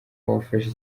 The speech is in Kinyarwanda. wafashe